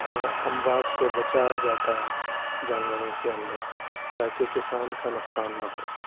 اموات کو بچایا جاتا ہے جانوروں کے اندر تاکہ کسان کا نقصان نہ ہو